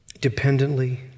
dependently